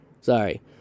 Sorry